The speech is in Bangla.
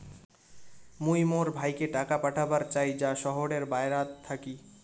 মুই মোর ভাইকে টাকা পাঠাবার চাই য়ায় শহরের বাহেরাত থাকি